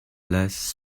less